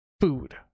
food